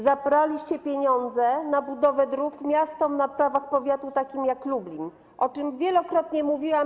Zabraliście pieniądze na budowę dróg miastom na prawach powiatu takim jak Lublin, o czym wielokrotnie mówiłam.